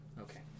Okay